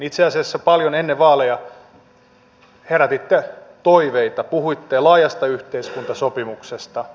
itse asiassa paljon ennen vaaleja herätitte toiveita puhuitte laajasta yhteiskuntasopimuksesta